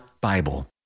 Bible